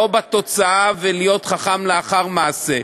לא בתוצאה ולהיות חכם לאחר מעשה,